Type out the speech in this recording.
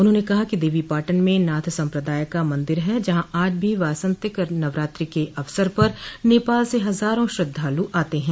उन्होंने कहा कि देवी पाटन में नाथ सम्प्रदाय का मंदिर है जहां आज भी वासंतिक नवरात्रि के अवसर पर नेपाल से हजारों श्रद्वालु आते हैं